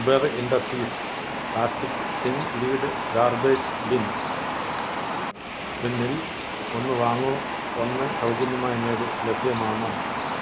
Kuber industries plastic swing lid garbage bin പിന്നിൽ ഒന്ന് വാങ്ങൂ ഒന്ന് സൗജന്യമായി നേടൂ ലഭ്യമാണോ